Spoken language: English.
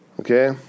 Okay